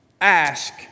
ask